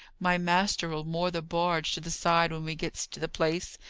my master'll moor the barge to the side when we gets to the place,